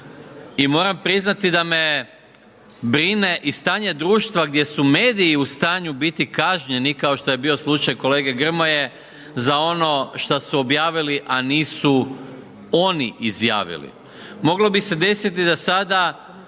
i moram priznati da me brine i stanje društva gdje su mediji u stanju biti kažnjeni, kao što je bio slučaj kolege Grmoje za ono što su objavili, a nisu oni izjavili. Moglo bi se desiti da sada